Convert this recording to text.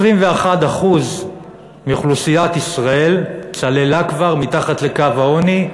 21% מאוכלוסיית ישראל צללה כבר מתחת לקו העוני,